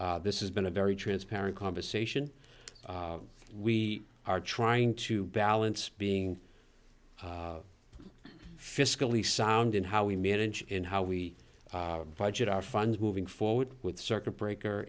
this is been a very transparent conversation we are trying to balance being fiscally sound in how we manage and how we budget our funds moving forward with circuit breaker